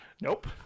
nope